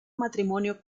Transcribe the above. matrimonio